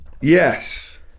yes